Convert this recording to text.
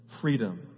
Freedom